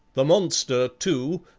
the monster, too,